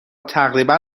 تقریبا